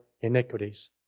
iniquities